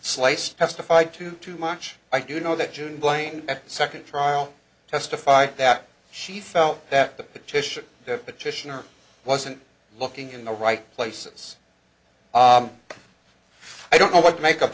slice testified to too much i do know that june blain second trial testified that she felt that the petition the petitioner wasn't looking in the right places i don't know what to make